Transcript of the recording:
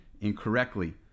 incorrectly